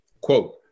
quote